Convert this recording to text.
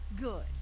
Good